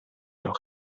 leurs